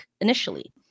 initially